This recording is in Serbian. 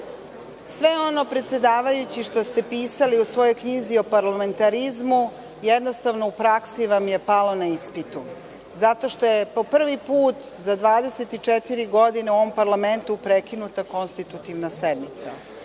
ono, predsedavajući, što ste pisali u svojoj knjizi o parlamentarizmu jednostavno u praksi vam je palo na ispitu, zato što je po prvi put za 24 godine u ovom parlamentu prekinuta konstitutivna sednica.